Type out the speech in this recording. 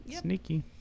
Sneaky